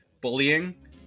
bullying